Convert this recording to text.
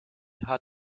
hat